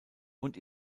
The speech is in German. und